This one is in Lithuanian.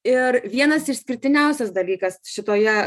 ir vienas išskirtiniausias dalykas šitoje